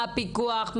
מה הפיקוח,